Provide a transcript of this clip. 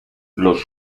los